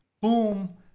Boom